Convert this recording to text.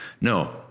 No